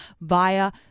via